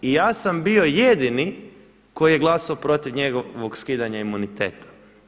I ja sam bio jedini koji je glasao protiv njegovog skidanja imuniteta.